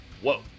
Whoa